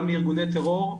גם לארגוני טרור,